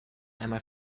einmal